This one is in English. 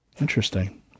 Interesting